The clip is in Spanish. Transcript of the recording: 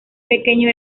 pequeño